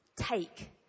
take